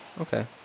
Okay